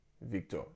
Victor